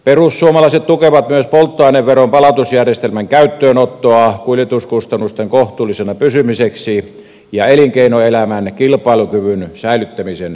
perussuomalaiset tukevat myös polttoaineveron palautusjärjestelmän käyttöönottoa kuljetuskustannusten kohtuullisina pysymiseksi ja elinkeinoelämän kilpailukyvyn säilyttämisen vuoksi